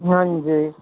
ਹਾਂਜੀ